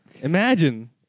Imagine